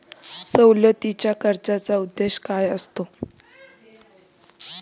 सवलतीच्या कर्जाचा उद्देश काय असतो?